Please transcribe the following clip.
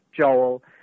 Joel